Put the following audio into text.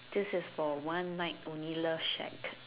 this is for one night only love shack